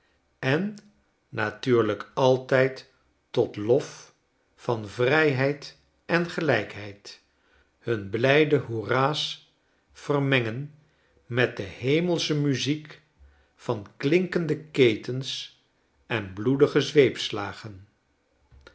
en natuurlijk altijd tot lof van vrijheid en g elijkheid hun blijde hoerah's vermengen met de hemelsche muziek van klinkende ketens en bloedige zweepslagen